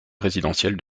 présidentielles